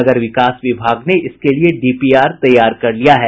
नगर विकास विभाग ने इसके लिए डीपीआर तैयार कर लिया है